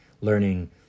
learning